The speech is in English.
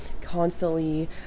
constantly